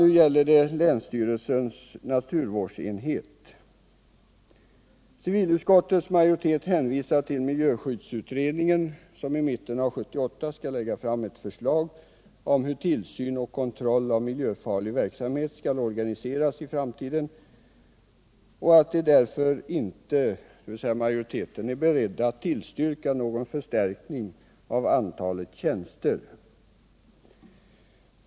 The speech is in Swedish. Nu gäller det länsstyrelsens naturvårdsenhet. Civilutskottets majoritet hänvisar till miljöskyddsutredningen, som i mitten av 1978 skall lägga fram ett förslag om hur tillsyn och kontroll av miljöfarlig verksamhet skall organiseras i framtiden och som inte är beredd att tillstyrka någon förstärkning av antalet tjänster.